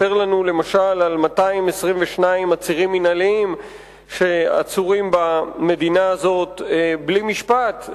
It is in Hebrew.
שמספר לנו למשל על 222 עצירים מינהליים שעצורים במדינה הזאת בלי משפט,